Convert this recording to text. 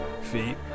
feet